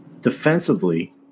defensively